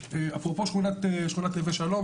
אפרופו שכונת נווה שלום,